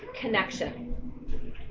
connection